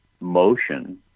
motion